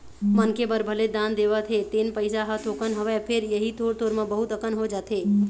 मनखे बर भले दान देवत हे तेन पइसा ह थोकन हवय फेर इही थोर थोर म बहुत अकन हो जाथे